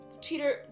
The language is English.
cheater